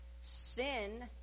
sin